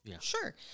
sure